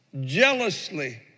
jealously